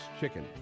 chicken